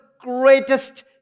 greatest